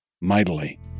mightily